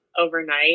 overnight